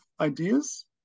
ideas